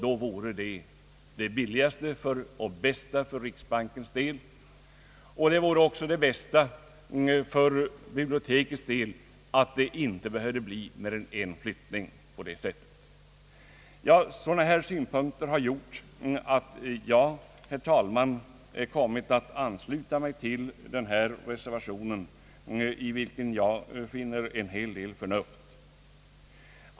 En sådan lösning vore den billigaste och bästa för riksbankens del och vore också den bästa för biblioteket, som då behövde flytta bara en gång. Sådana här synpunkter har gjort, herr talman, att jag kommit att ansluta mig till den av herr Hilding m.fl. avgivna reservationen, i vilken jag finner en hel del förnuft.